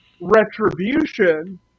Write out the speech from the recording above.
retribution